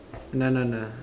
no no no